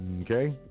Okay